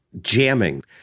jamming